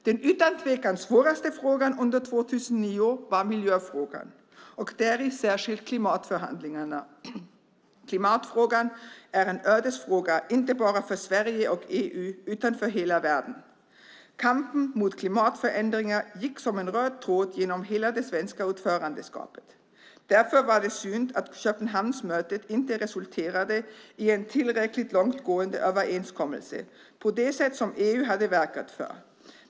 Den utan tvekan svåraste frågan under 2009 var miljöfrågan, och däri särskilt klimatförhandlingarna. Klimatfrågan är en ödesfråga, inte bara för Sverige och EU utan för hela världen. Kampen mot klimatförändringar gick som en röd tråd genom hela det svenska ordförandeskapet. Därför var det synd att Köpenhamnsmötet inte resulterade i en tillräckligt långtgående överenskommelse, på det sätt som EU hade verkat för.